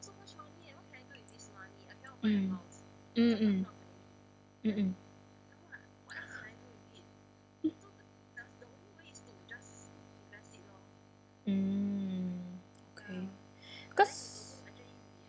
mm mm mm mm mm okay cause